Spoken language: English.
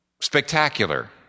spectacular